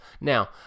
Now